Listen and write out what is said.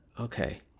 Okay